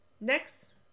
Next